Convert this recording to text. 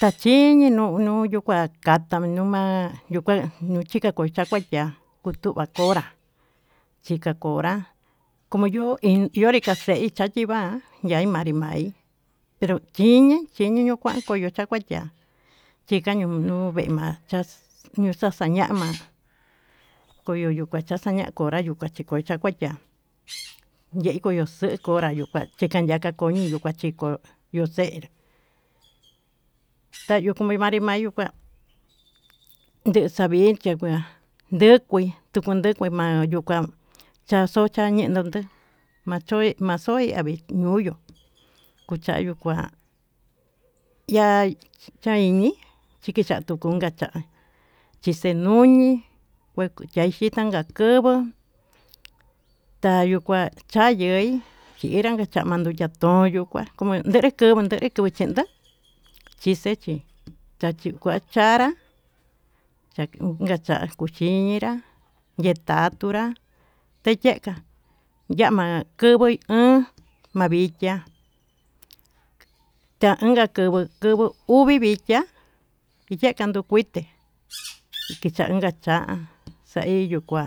tachiniñu yuu kua kua'a atanuma'a nuu kua noxhika kayuu kuá kutuu va'a conbra ika'a konrá konyo'o yovii café yai manriva ya'í manrivai xachiñe yuu kuá koyo chaka cha'á, yikañunu vaix ma'a chax ñuxa'a xañama koyo'o yuu kuxa chaya koyoyu chakuaya yeiko xuu konrá yá chikañaka koñu yukua chikó yo'o xer tayuu manri mayu'ú kuá n de xavinche kuá ndekuí tuku yekuí ma'a yuu kán chayo'o chande yondó machoi maxo'í ñane nduí yo'ó kuchayi'ó kuá iha chaí mii chikicha tuu konka chá chixeñuni kua chika nakava tayuu kuá chayeí chinrán tunduka xndoya chayió kuá kome ndeke kochendá tixechí kuachí kuachanrá yaki unka cha'á kutiñinrá yetatunrá keyeká yama'a kuvuu ho o on maviya taonka kuvi kuvi vichiá, yakan yuu kuité ke chanka cha'a xaiyo kuá.